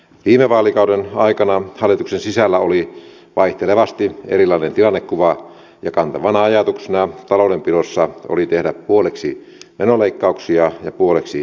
viime vaalikauden aikana hallituksen sisällä oli vaihtelevasti erilainen tilannekuva ja kantavana ajatuksena taloudenpidossa oli tehdä puoliksi menoleikkauksia ja puoliksi veronkorotuksia